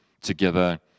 together